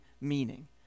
meaning